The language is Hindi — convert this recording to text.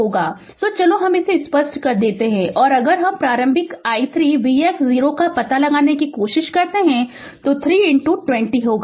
तो चलो हम इसे स्पष्ट कर देते है और अगर हम प्रारंभिक i3 vx 0 का पता लगाने की कोशिश करते है जो 3 20 होगा